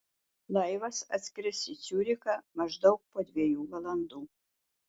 laivas atskris į ciurichą maždaug po dviejų valandų